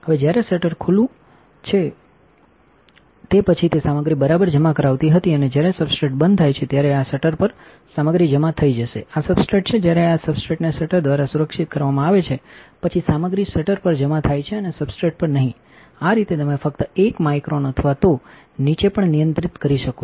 હવે જ્યારે શટર ખુલ્લું છે તે પછી તે સામગ્રી બરાબર જમા કરાવતી હતી અને જ્યારે સબસ્ટ્રેટ બંધ થાય છે ત્યારેઆ શટર પરસામગ્રીજમા થઈજશેઆ સબસ્ટ્રેટ છે જ્યારે સબસ્ટ્રેટને શટર દ્વારા સુરક્ષિત કરવામાં આવે છે પછી સામગ્રી શટર પર જમા થાય છે અને સબસ્ટ્રેટ પર નહીં આ રીતે તમે ફક્ત 1 માઇક્રોન અથવા તો નીચે પણ નિયંત્રિત કરી શકો છો